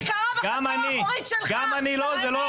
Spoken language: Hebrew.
לא, זה לא.